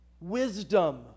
wisdom